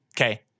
Okay